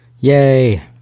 Yay